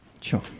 Sure